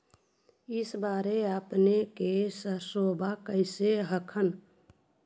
इस बार अपने के सरसोबा कैसन हकन?